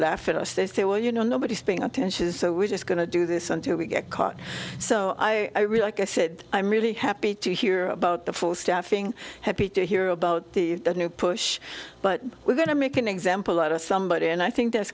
laugh at us they say well you know nobody's paying attention so we're just going to do this until we get caught so i really like i said i'm really happy to hear about the fourth staffing happy to hear about the new push but we're going to make an example out of somebody and i think